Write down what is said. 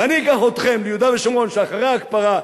ואני אקח אתכם ליהודה ושומרון שאחרי ההקפאה,